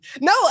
No